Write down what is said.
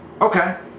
Okay